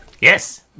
Yes